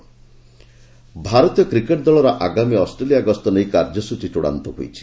cricket କାର୍ଯ୍ୟସ୍ଟଚୀ ଭାରତୀୟ cricket ଦଳର ଆଗାମୀ ଅଷ୍ଟ୍ରେଲିଆ ଗସ୍ତ ନେଇ କାର୍ଯ୍ୟସଚୀ ଚଡ଼ାନ୍ତ ହୋଇଛି